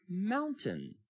mountain